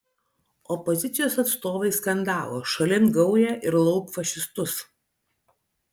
opozicijos atstovai skandavo šalin gaują ir lauk fašistus